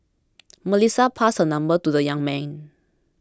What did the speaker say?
Melissa passed her number to the young man